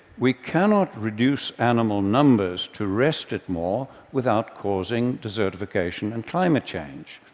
we cannot reduce animal numbers to rest it more without causing desertification and climate change.